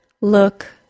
look